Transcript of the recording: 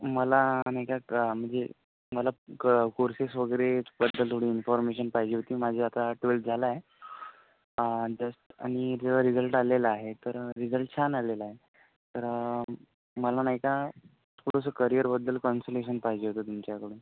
मला म्हणजे मला कोर्सेस वगैरेबद्दल थोडी इन्फॉर्मेशन पाहिजे होती माझी आता ट्वेल्थ झालं आहे जस्ट आणि रिझल्ट आलेला आहे आणि रिझल्ट छान आलेला आहे तर मला नाही का थोडंसं करियरबद्दल कौन्सिलेशन पाहिजे होतं तुमच्याकडून